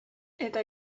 eta